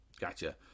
Gotcha